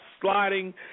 sliding